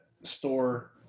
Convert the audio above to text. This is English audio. store